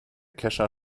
kescher